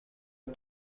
een